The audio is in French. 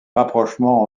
rapprochement